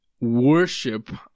worship